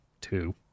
Two